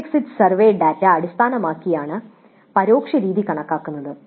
course exit survey ഡാറ്റയെ അടിസ്ഥാനമാക്കിയാണ് പരോക്ഷ രീതി കണക്കാക്കുന്നത്